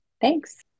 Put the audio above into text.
Thanks